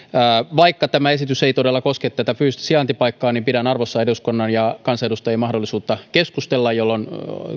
vaikka tämä esitys ei todella koske fyysistä sijaintipaikkaa niin pidän arvossa eduskunnan ja kansanedustajien mahdollisuutta keskustella jolloin